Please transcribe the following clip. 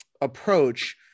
approach